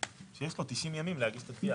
שיש פה 90 ימים להגיש את התביעה.